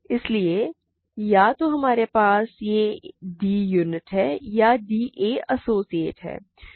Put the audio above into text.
इसलिए या तो हमारे पास यह है कि d एक यूनिट है या d a का एसोसिएट है